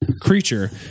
creature